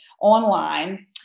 online